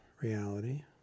reality